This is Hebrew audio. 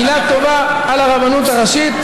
מילה טובה על הרבנות הראשית,